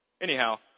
Anyhow